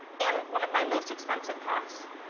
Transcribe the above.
and one of my most expensive costs,